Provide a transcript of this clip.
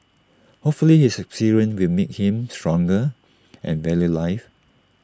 hopefully this experience will make him stronger and value life